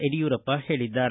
ಯಡಿಯೂರಪ್ಪ ಹೇಳಿದ್ದಾರೆ